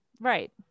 right